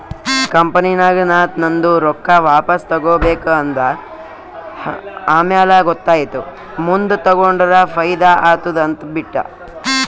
ಕಂಪನಿನಾಗ್ ನಾ ನಂದು ರೊಕ್ಕಾ ವಾಪಸ್ ತಗೋಬೇಕ ಅಂದ ಆಮ್ಯಾಲ ಗೊತ್ತಾಯಿತು ಮುಂದ್ ತಗೊಂಡುರ ಫೈದಾ ಆತ್ತುದ ಅಂತ್ ಬಿಟ್ಟ